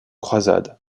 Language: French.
croisade